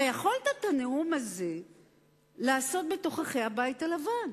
הרי יכולת את הנאום הזה לעשות בתוככי הבית הלבן.